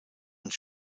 und